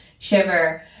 Shiver